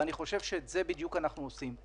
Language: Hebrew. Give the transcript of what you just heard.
אני חושב שאת זה בדיוק אנחנו עושים.